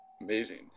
Amazing